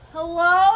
Hello